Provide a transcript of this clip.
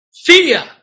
fear